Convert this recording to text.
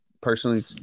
personally